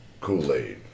Kool-Aid